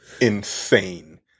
insane